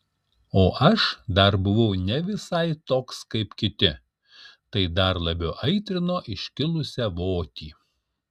o aš dar buvau ne visai toks kaip kiti tai dar labiau aitrino iškilusią votį